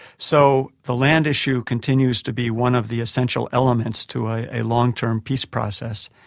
so the land issue continues to be one of the essential elements to a long-term peace process,